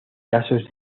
casos